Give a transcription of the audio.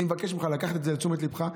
אני מבקש ממך לקחת את זה לתשומת ליבך.